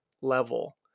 level